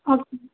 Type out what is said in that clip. okay